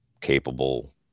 capable